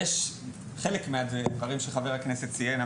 חלק מהדברים שחבר הכנסת ציין,